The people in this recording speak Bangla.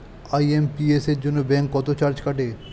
আই.এম.পি.এস এর জন্য ব্যাংক কত চার্জ কাটে?